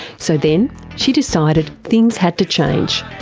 so then she decided things had to change.